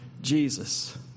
Jesus